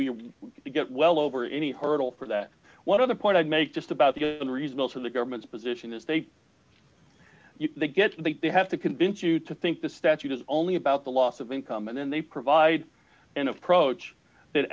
are well over any hurdle for that one other point i'd make just about the results of the government's position is they guess they have to convince you to think the statute is only about the loss of income and then they provide an approach that